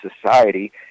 society